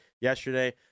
yesterday